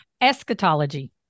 eschatology